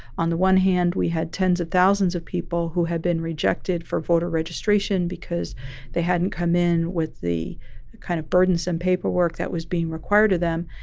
on the one hand, we had tens of thousands of people who had been rejected for voter registration because they hadn't come in with the kind of burdensome paperwork that was being required of them.